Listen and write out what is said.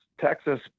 texas